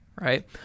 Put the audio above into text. right